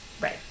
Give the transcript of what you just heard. Right